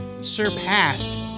surpassed